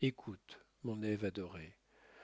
écoute mon ève adorée